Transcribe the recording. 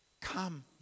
come